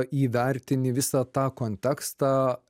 įvertini visą tą kontekstą